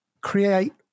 create